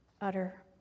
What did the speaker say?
utter